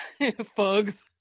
fugs